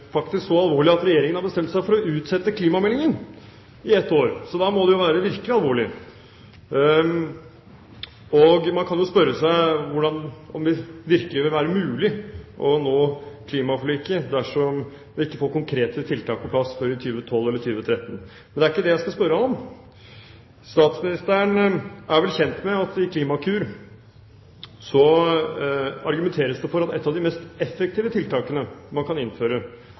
at Regjeringen har bestemt seg for å utsette klimameldingen i ett år. Da må det være virkelig alvorlig. Man kan spørre seg om det virkelig vil være mulig å nå målene i klimaforliket dersom vi ikke får konkrete tiltak på plass før 2012 eller 2013, men det er ikke det jeg skal spørre han om. Statsministeren er vel kjent med at i Klimakur argumenteres det for at et av de mest effektive tiltakene man kan innføre